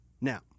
Now